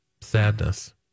sadness